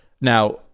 Now